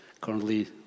currently